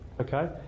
okay